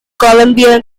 colombian